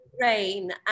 Rain